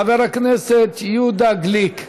חבר הכנסת יהודה גליק,